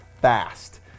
fast